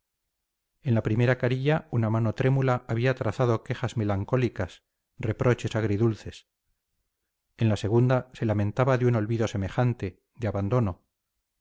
en la primera carilla una mano trémula había trazado quejas melancólicas reproches agridulces en la segunda se lamentaba de un olvido semejante de abandono